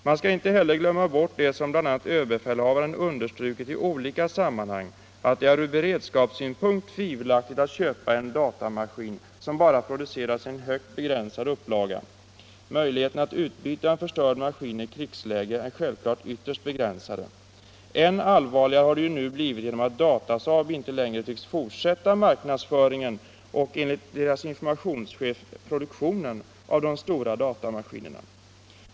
Man skall inte heller glömma bort det som bl.a. överbefälhavaren understrukit i olika sammanhang, nämligen att det är ur beredskapssynpunkt tvivelaktigt att köpa en datamaskin som bara produceras i en högst begränsad upplaga — möjligheterna att utbyta en förstörd maskin i krigsläge är självklart ytterst begränsade. Än allvarligare har det ju nu blivit genom att Datasaab, enligt tidningsuttalanden av företagsledningen, inte längre tycks fortsätta marknadsföringen och produktionen av de stora datamaskinerna.